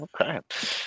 Okay